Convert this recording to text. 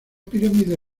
pirámide